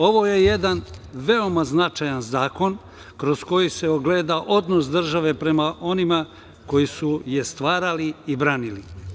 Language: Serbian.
Ovo je jedan veoma značajan zakon kroz koji se ogleda odnos države prema onima koji su je stvarali i branili.